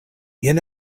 jen